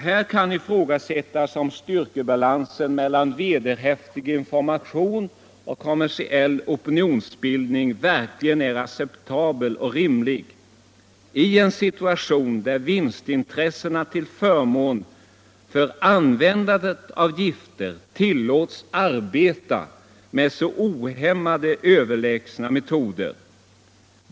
Det kan ifrågasättas om styrkebalansen mellan vederhäftig information och kommersiell opinionsbildning verkligen är acceptabel och rimlig i en situation då vinstintressena till förmån för användandet av gifter tillåts arbeta med så ohämmat överlägsna metoder.